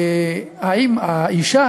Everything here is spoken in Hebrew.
האישה,